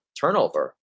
turnover